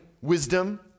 wisdom